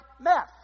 meth